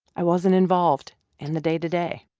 i wasn't involved in the day-to-day.